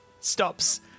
stops